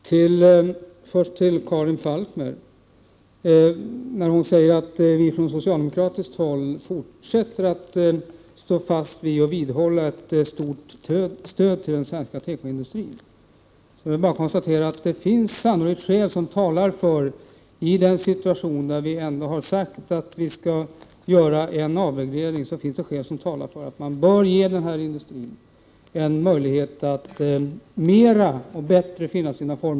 Herr talman! Karin Falkmer sade att vi från socialdemokratiskt håll fortsätter att stå fast vid ett stort stöd till den svenska tekoindustrin. Även om vi befinner oss i en situation där vi har sagt att vi skall göra en avreglering, kan jag bara konstatera att det sannolikt finns skäl som talar för att man bör ge denna industri en möjlighet att bättre kunna finna sina former.